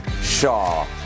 Shaw